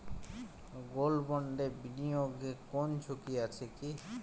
Gold বন্ডে বিনিয়োগে কোন ঝুঁকি আছে কি?